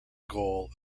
goal